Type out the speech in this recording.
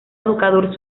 educador